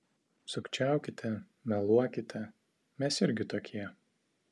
sukčiaukite meluokite mes irgi tokie